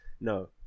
No